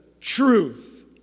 truth